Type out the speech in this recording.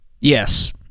Yes